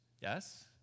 Yes